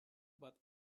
but